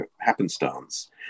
happenstance